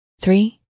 three